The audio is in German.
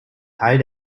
teil